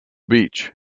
beach